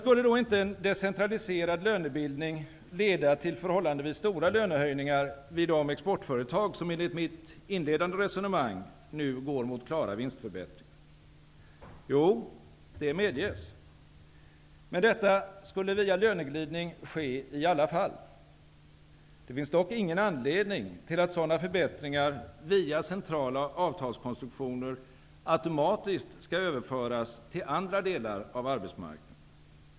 Skulle då inte en decentraliserad lönebildning leda till förhållandevis stora lönehöjningar vid de exportföretag som enligt mitt inledande resonemang nu går mot klara vinstförbättringar? Jo, det medges. Men detta skulle via löneglidning ske i alla fall. Det finns dock ingen anledning till att sådana förbättringar via centrala avtalskonstruktioner automatiskt skall överföras till andra delar av arbetsmarknaden.